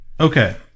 okay